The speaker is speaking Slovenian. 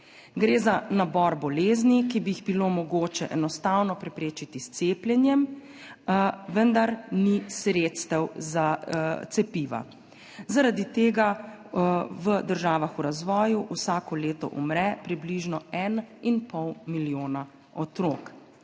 Gre za nabor bolezni, ki bi jih bilo mogoče enostavno preprečiti s cepljenjem, vendar ni sredstev za cepiva. Zaradi tega v državah v razvoju vsako leto umre približno 1,5 milijona otrok.